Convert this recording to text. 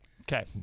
Okay